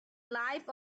life